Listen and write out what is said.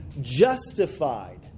justified